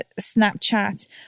Snapchat